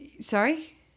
sorry